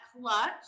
Clutch